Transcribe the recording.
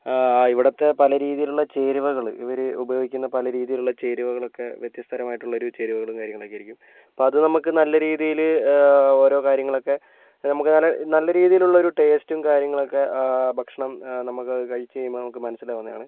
ഇവിടുത്തെ പല രീതിയിലുള്ള ചേരുവകൾ ഇവര് ഉപയോഗിക്കുന്ന പല രീതിയിലുള്ള ചേരുവകൾ ഒക്കെ വ്യത്യസ്തരമായിട്ടുള്ള ഒരു ചേരുവകളും കാര്യങ്ങളൊക്കെ ആയിരിക്കും അപ്പോൾ അത് നമുക്ക് നല്ല രീതിയിൽ ഓരോ കാര്യങ്ങളൊക്കെ നമുക്ക് നല്ല നല്ല രീതിയിലുള്ള ഒരു ടേസ്റ്റും കാര്യങ്ങളൊക്കെ ഭക്ഷണം നമുക്ക് അത് കഴിച്ചു കഴിയുമ്പോൾ നമുക്കത് മനസ്സിലാകുന്നതാണ്